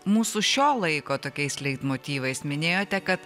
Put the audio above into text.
mūsų šio laiko tokiais leitmotyvais minėjote kad